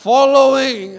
Following